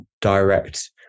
direct